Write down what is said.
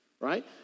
right